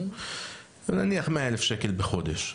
זה נניח 100 אלף ש"ח בחודש.